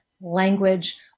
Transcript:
language